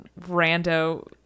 rando